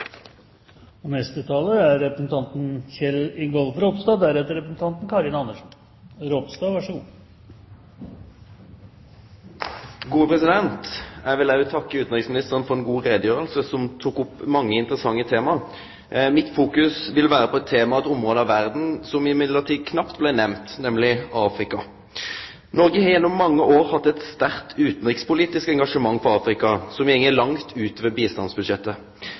Eg vil òg takke utanriksministeren for ei god utgreiing, der han tok opp mange interessante tema. Mitt fokus vil vere på eit tema og eit område av verda som likevel knapt blei nemnt, nemleg Afrika. Noreg har gjennom mange år hatt eit sterkt utanrikspolitisk engasjement for Afrika som går langt utover bistandsbudsjettet.